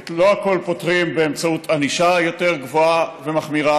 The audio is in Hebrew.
לא הכול פותרים באמצעות ענישה יותר גבוהה ומחמירה.